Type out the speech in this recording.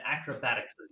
acrobatics